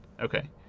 Okay